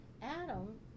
Adam